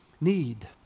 need